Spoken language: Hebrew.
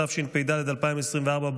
התשפ"ד 2024,